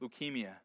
leukemia